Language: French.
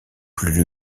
plus